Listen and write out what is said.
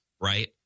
right